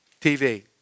TV